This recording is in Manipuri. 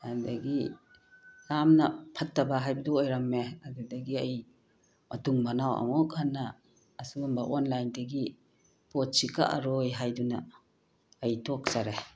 ꯑꯗꯒꯤ ꯌꯥꯝꯅ ꯐꯠꯇꯕ ꯍꯥꯏꯕꯗꯨ ꯑꯣꯏꯔꯝꯃꯦ ꯑꯗꯨꯗꯒꯤ ꯑꯩ ꯃꯇꯨꯡ ꯃꯅꯥꯎ ꯑꯃꯨꯛ ꯍꯟꯅ ꯑꯁꯤꯒꯨꯝꯕ ꯑꯣꯟꯂꯥꯏꯟꯗꯒꯤ ꯄꯣꯠꯁꯤ ꯀꯀꯑꯔꯣꯏ ꯍꯥꯏꯗꯨꯅ ꯑꯩ ꯇꯣꯛꯆꯔꯦ